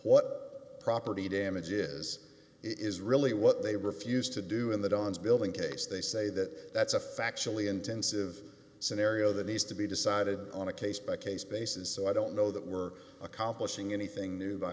what property damage is is really what they refused to do in the dons building case they say that that's a factually intensive scenario that needs to be decided on a case by case basis so i don't know that we're accomplishing anything new by